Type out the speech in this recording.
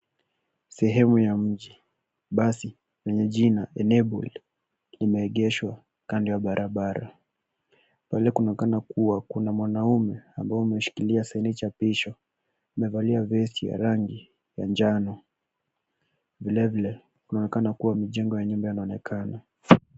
Sehemu ya mji. Basi yenye jina, ENABLED, limeegeshwa kando ya barabara. Pale kunaonekana kuwa kuna mwanaume ambaye ameshikilia saini chapisho. Amevalia vest ya rangi ya jano. Vilevile, kunaonekana kuwa majengo ya nyumba yanaonekana.